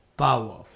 power